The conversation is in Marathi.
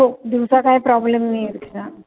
हो दिवसा काय प्रॉब्लेम नाही आहे तिथं